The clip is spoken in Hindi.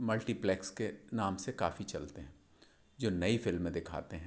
मल्टीप्लेक्स के नाम से काफ़ी चलते हैं जो नई फ़िल्में दिखाते हैं